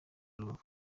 rubavu